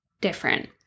different